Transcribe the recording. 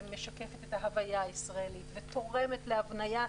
ומשקפת את ההוויה הישראלית ותורמת להבניית